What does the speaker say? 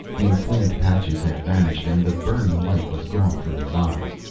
the inflamed patches had vanished and the burning light was gone from his eyes.